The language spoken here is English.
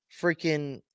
Freaking